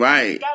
Right